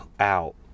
out